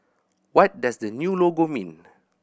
what does the new logo mean